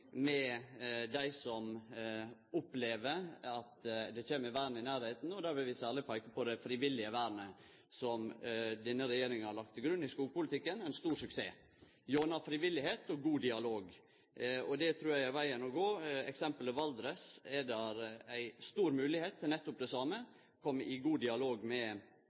med dei som opplever at det kjem vern i nærleiken. Der vil vi særleg peike på det frivillige vernet som denne regjeringa har lagt til grunn i skogpolitikken – ein stor suksess – gjennom fri vilje og god dialog. Det trur eg er vegen å gå. For eksempel i Valdres er det stor moglegheit til nettopp det same, å kome i god dialog med